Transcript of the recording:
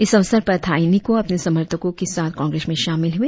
इस अवसर पर ताई निको अपने सर्मथको के साथ कांग्रेस में शामिल हुए